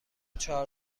چهار